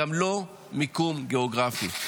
וגם לא מיקום גיאוגרפי.